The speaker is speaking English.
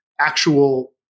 actual